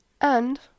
And